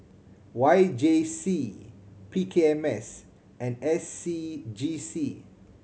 Y J C P K M S and S C G C